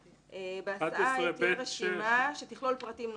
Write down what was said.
בהסעה תהיה רשימה שתכלול פרטים שונים,